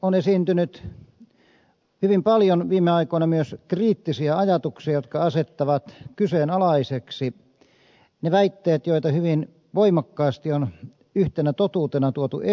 on esiintynyt hyvin paljon viime aikoina myös kriittisiä ajatuksia jotka asettavat kyseenalaisiksi ne väitteet joita hyvin voimakkaasti on yhtenä totuutena tuotu esille